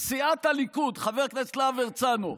סיעת הליכוד, חבר הכנסת להב הרצנו,